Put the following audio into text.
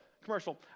Commercial